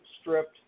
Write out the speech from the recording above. stripped